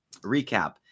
recap